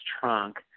trunk